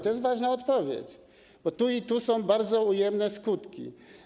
To jest ważna odpowiedź, bo tu i tu są bardzo ujemne skutki.